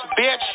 bitch